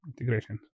integrations